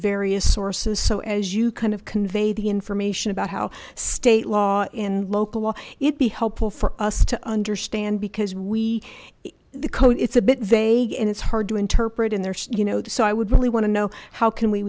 various sources so as you kind of convey the information about how state law in local law it'd be helpful for us to understand because we the code it's a bit vague and it's hard to interpret and there's you know so i would really want to know how can we